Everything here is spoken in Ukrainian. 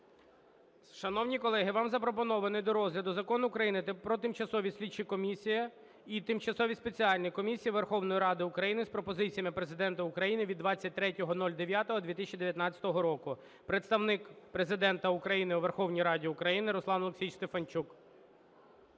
Шановні колеги, вам запропонований до розгляду Закон України "Про тимчасові слідчі комісії і тимчасові спеціальні комісії Верховної Ради України" з пропозиціями Президента України (від 23.09.2019 року). Представник Президента України у Верховній Раді України Руслан Олексійович Стефанчук.